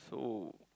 so